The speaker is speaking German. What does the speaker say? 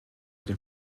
dem